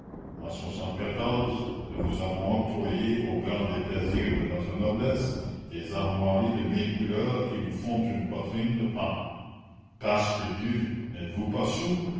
en nous vous avons octroyé au grand déplaisir de notre noblesse des armoiries de mille couleurs qui vous font une poitrine de paon pasque dieu n'êtes-vous pas saoul